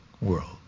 world